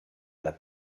alla